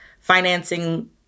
financing